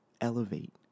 elevate